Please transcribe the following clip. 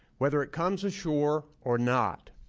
whether it comes ashore or not,